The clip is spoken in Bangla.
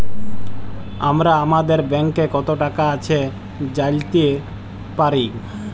আমরা আমাদের ব্যাংকে কত টাকা আছে জাইলতে পারি